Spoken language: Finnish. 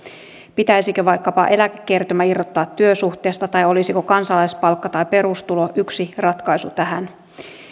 pitäisikö vaikkapa eläkekertymä irrottaa työsuhteesta tai olisiko kansalaispalkka tai perustulo yksi ratkaisu tähän